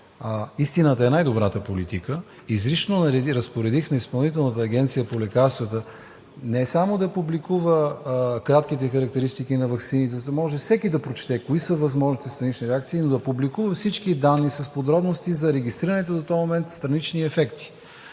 истината е най-добрата политика, изрично разпоредих на Изпълнителната агенция по лекарствата не само да публикува кратките характеристики на ваксините, за да може всеки да прочете кои са възможните странични реакции, но да публикува всички данни с подробности за регистрираните до този момент странични ефекти,